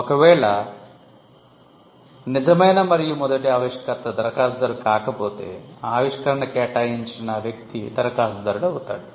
ఒకవేళ 'నిజమైన మరియు మొదటి ఆవిష్కర్త' దరఖాస్తుదారు కాకపోతే ఆవిష్కరణ కేటాయించిన వ్యక్తి దరఖాస్తుదారుడు అవుతాడు